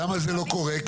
למה זה לא קורה?